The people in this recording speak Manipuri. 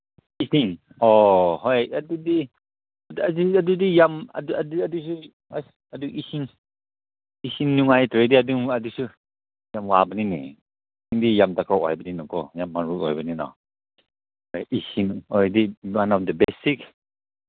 ꯏꯁꯤꯡ ꯑꯣ ꯍꯣꯏ ꯑꯗꯨꯗꯤ ꯑꯗꯨꯗꯤ ꯌꯥꯝ ꯑꯗꯨꯁꯨ ꯑꯁ ꯑꯗꯨ ꯏꯁꯤꯡ ꯏꯁꯤꯡ ꯅꯨꯡꯉꯥꯏꯇ꯭ꯔꯗꯤ ꯑꯗꯨꯝ ꯑꯗꯨꯁꯨ ꯌꯥꯝ ꯋꯥꯕꯅꯤꯅꯦ ꯏꯁꯤꯡꯗꯤ ꯌꯥꯝ ꯗꯔꯀꯥꯔ ꯑꯣꯏꯕꯅꯤꯅꯀꯣ ꯌꯥꯝ ꯃꯔꯨ ꯑꯣꯏꯕꯅꯤꯅ ꯏꯁꯤꯡ ꯍꯥꯏꯗꯤ ꯋꯥꯟ ꯑꯣꯐ ꯗ ꯕꯦꯁꯤꯛ